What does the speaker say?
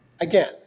again